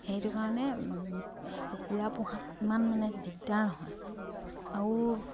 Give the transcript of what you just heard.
সেইটো কাৰণে কুকুৰা পোহাত ইমান মানে দিগদাৰ নহয় আৰু